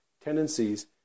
tendencies